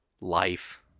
life